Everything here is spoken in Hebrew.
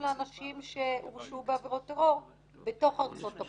לאנשים שהורשעו בעבירות טרור בתוך ארצות-הברית,